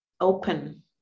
open